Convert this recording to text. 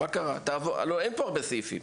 אין פה הרבה סעיפים.